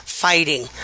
fighting